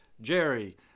Jerry